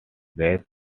raised